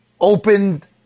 opened